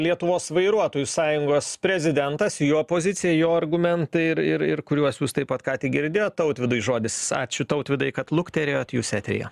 lietuvos vairuotojų sąjungos prezidentas jo pozicija jo argumentai ir ir ir kuriuos jūs taip pat ką tik girdėjot tautvydui žodis ačiū tautvydai kad lukterėjot jūs eteryje